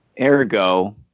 Ergo